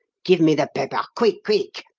give me the paper quick! quick!